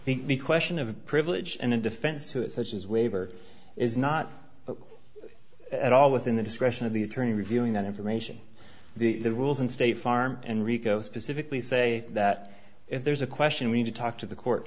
i think the question of a privilege and a defense to it such as waiver is not at all within the discretion of the attorney reviewing that information the rules and state farm and rico specifically say that if there's a question we need to talk to the court